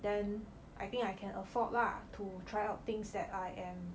then I think I can afford lah to try out things that I am